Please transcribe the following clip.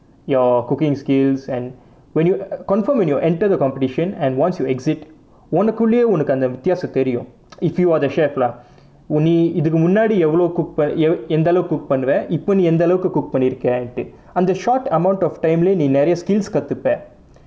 your cooking skills and when you confirm when you enter the competition and once you exit உனக்குள்ளே உனக்கு அந்த வித்தியாசம் தெரியும்:unakkulae unakku antha vithiyaasam theriyum if you are the chef lah நீ இதுக்கு முன்னாடி எவ்வளோ:nee ithukku munnaadi evvalo cook அந்த அளவுக்கு:antha alavukku cook பண்ணுவே இப்போ எந்த அளவுக்கு:pannuvae ippo nee entha alavukku cook பண்ணிறுக்கேனுட்டு:pannirukkaenuttu in the short amount of time leh நீ நிறைய:nee niraiya skills கத்துப்பே:kattupae